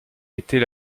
était